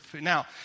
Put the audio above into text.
Now